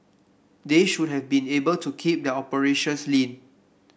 they should have been able to keep their operations lean